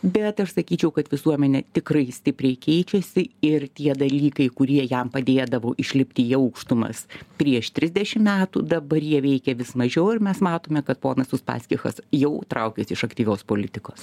bet aš sakyčiau kad visuomenė tikrai stipriai keičiasi ir tie dalykai kurie jam padėdavo išlipti į aukštumas prieš trisdešim metų dabar jie veikia vis mažiau ir mes matome kad ponas uspaskichas jau traukiasi iš aktyvios politikos